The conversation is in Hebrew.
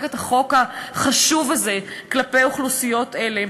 את החוק החשוב הזה כלפי אוכלוסיות אלה,